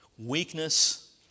Weakness